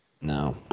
No